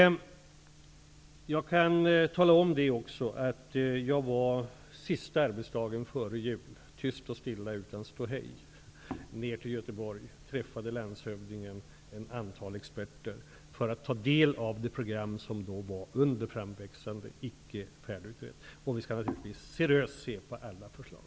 Jag kan tala om att jag sista arbetsdagen före jul, tyst och stilla och utan ståhej, var i Göteborg och träffade landshövdingen och ett antal experter för att ta del av det program som då var under framväxande. Det är inte färdigt än. Vi skall naturligtvis se seriöst på alla förslag.